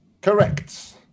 correct